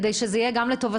כדי שזה יהיה גם לטובתכם-,